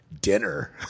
dinner